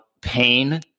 pain